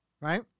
Right